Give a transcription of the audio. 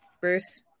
Bruce